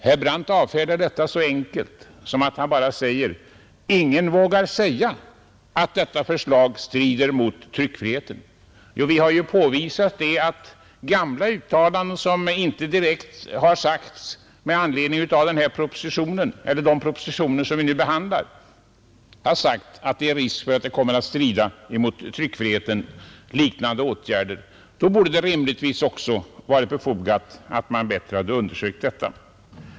Herr Brandt avfärdade detta så enkelt som genom att bara säga att ingen vågar säga att detta förslag strider mot tryckfriheten. Vi har ju påvisat att gamla uttalanden som inte direkt gjorts med anledning av de propositioner som vi nu behandlar ger vid handen att det är risk för att liknande åtgärder kommer att strida mot tryckfriheten. Då borde det rimligtvis också varit befogat att man bättre hade undersökt detta.